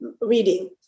reading